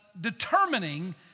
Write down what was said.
determining